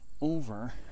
over